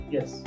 Yes